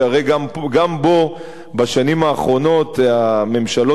והרי גם בו בשנים האחרונות הממשלות